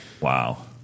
Wow